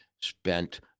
spent